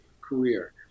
career